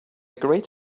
great